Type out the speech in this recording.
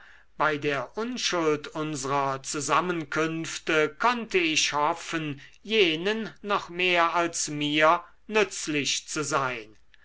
bei der unschuld unsrer zusammenkünfte konnte ich hoffen jenen noch mehr als mir nützlich zu sein